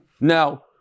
Now